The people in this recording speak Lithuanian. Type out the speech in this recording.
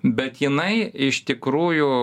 bet jinai iš tikrųjų